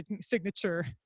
signature